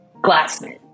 Glassman